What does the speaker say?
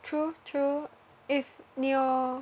true true if 你有